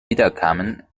wiederkamen